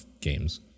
games